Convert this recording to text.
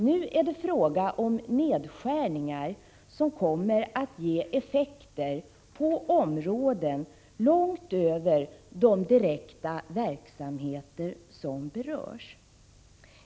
Nu är det fråga om nedskärningar som kommer att ge effekter på områden långt utöver de verksamheter som direkt berörs.